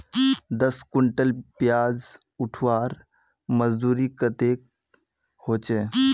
दस कुंटल प्याज उतरवार मजदूरी कतेक होचए?